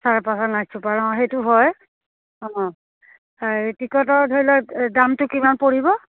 চাৰে পাঁচত নাইট ছুপাৰত অঁ সেইটো হয় অঁ এই টিকটৰ ধৰি লওক দামটো কিমান পৰিব